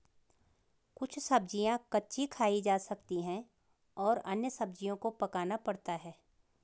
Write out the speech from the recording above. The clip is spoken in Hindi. कुछ सब्ज़ियाँ कच्ची खाई जा सकती हैं और अन्य सब्ज़ियों को पकाना पड़ता है